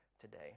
today